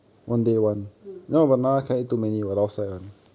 mm